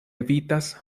evitas